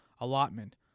allotment